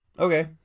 Okay